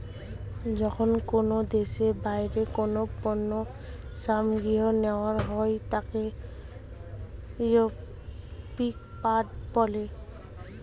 যখন কোনো দেশে বাইরের কোনো পণ্য সামগ্রীকে নেওয়া হয় তাকে ইম্পোর্ট বলে